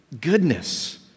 goodness